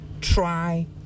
Try